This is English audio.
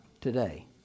today